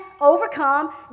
overcome